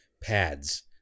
pads